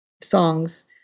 songs